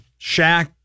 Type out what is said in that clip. Shaq